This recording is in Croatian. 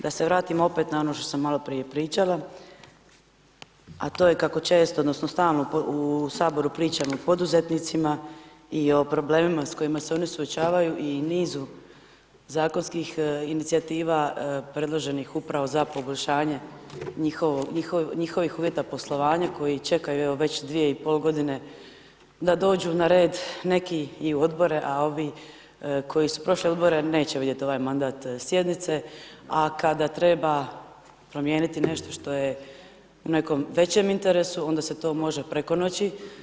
Da se vratim opet na ono što sam malo prije pričala, a to je kako često odnosno stalno u Saboru pričam o poduzetnicima i o problemima s kojim se oni suočavaju, i nizu zakonskih inicijativa predloženih upravo za poboljšanje njihovih uvjeta poslovanja koji čekaju evo već dvije i pol godine da dođu na red, neki i u Odbore, a ovi koji su prošli Odbore neće vidjet ovaj mandat sjednice, a kada treba promijeniti nešto što je u nekom većem interesu, onda se to može preko noći.